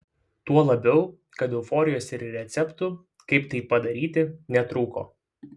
tuo labiau kad euforijos ir receptų kaip tai padaryti netrūko